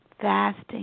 fasting